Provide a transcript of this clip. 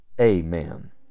Amen